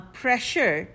pressure